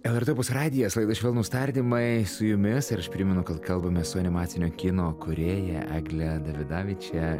lrt radijas laida švelnūs tardymai su jumis ir aš primenu kad kalbame su animacinio kino kūrėja egle davidaviče